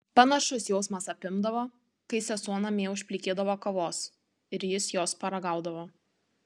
panašus jausmas apimdavo kai sesuo namie užplikydavo kavos ir jis jos paragaudavo